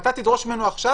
ואתה תדרוש ממנו עכשיו,